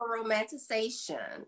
romanticization